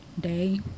day